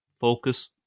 focus